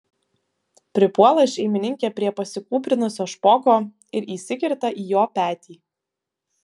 pripuola šeimininkė prie pasikūprinusio špoko ir įsikerta į jo petį